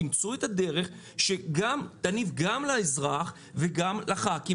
תמצאו את הדרך שתגיב גם לאזרח וגם לח"כים